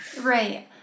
Right